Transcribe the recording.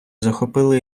захопили